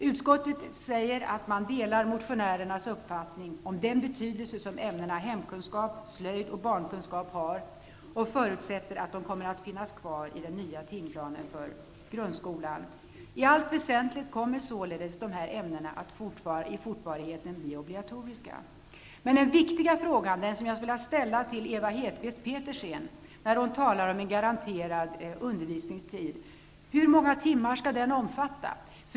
Utskottet delar motionernas uppfattning om den betydelse som ämnena hemkunskap, slöjd och barnkunskap har och förutsätter att de kommer att finnas kvar i den nya timplanen för grundskolan. I allt väsentligt kommer således de här ämnena att i fortsättningen bli obligatoriska. Men den viktiga frågan, som jag skulle vilja ställa till Ewa Hedkvist Petersen när hon talar om en garanterad undervisningtid, är: Hur många timmar skall den omfatta?